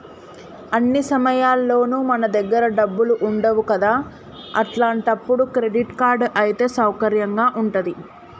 అన్ని సమయాల్లోనూ మన దగ్గర డబ్బులు ఉండవు కదా అట్లాంటప్పుడు క్రెడిట్ కార్డ్ అయితే సౌకర్యంగా ఉంటది